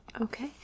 Okay